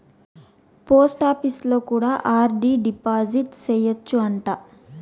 పోస్టాపీసులో కూడా RD deposit సేయచ్చు అంట